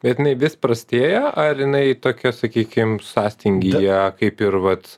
bet jinai vis prastėja ar jinai tokia sakykim sąstingyje kaip ir vat